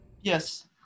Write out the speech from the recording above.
Yes